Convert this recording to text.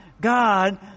God